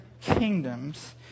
kingdoms